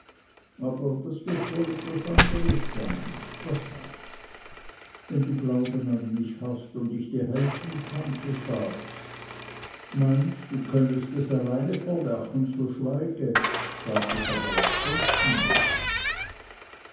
aber das wird wohl was andres sein was hast wenn du glauben an mich hast und ich dir helfen kann so sags meinst du könnest es alleine verwerchen so schweige sag es aber auch sonst niemanden